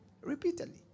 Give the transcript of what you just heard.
Repeatedly